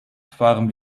fahren